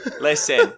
Listen